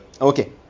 Okay